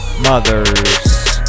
mothers